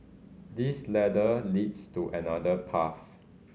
this ladder leads to another path